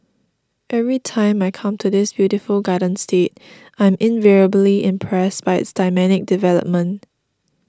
every time I come to this beautiful garden state I'm invariably impressed by its dynamic development